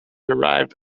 arrived